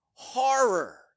Horror